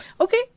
Okay